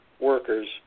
workers